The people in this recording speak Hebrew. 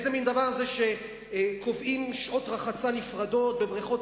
איזה מין דבר זה שקובעים שעות רחצה נפרדות בבריכות